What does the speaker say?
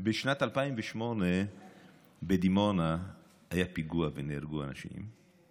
בשנת 2008 בדימונה היה פיגוע ונהרגו אנשים.